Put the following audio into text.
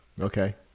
Okay